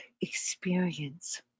experience